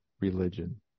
religion